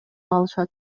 алышат